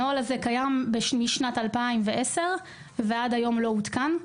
הנוהל הזה קיים משנת 2010 ועד היום הוא לא עודכן.